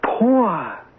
Poor